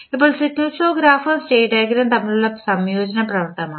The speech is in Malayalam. ഇപ്പോൾ സിഗ്നൽ ഫ്ലോ ഗ്രാഫും സ്റ്റേറ്റ് ഡയഗ്രാമും തമ്മിലുള്ള വ്യത്യാസം സംയോജന പ്രവർത്തനമാണ്